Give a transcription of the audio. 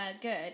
good